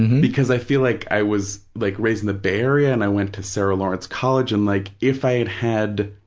because i feel like i was like raised in the bay area and i went to sarah lawrence college, and like if i had had,